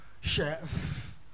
chef